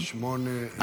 מצביעים.